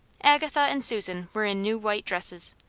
agatha and susan were in new white dresses,